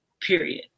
Period